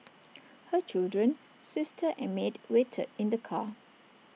her children sister and maid waited in the car